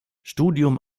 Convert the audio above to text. studium